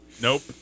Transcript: Nope